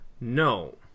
No